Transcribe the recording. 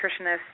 nutritionist